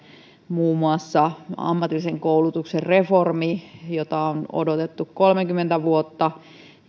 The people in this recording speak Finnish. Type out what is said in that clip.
muun muassa ammatillisen koulutuksen reformi jota on odotettu kolmekymmentä vuotta